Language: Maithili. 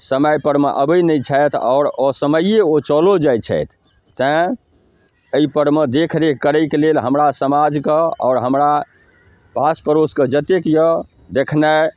समय परमे अबैत नहि छथि आओर असमये ओ चलो जाइ छथि तै एहि परमे देखि रेख करैके लेल हमरा समाजके आओर हमरा आस पड़ोसके जतेक यऽ देखनाइ